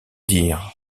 dire